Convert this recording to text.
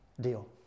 deal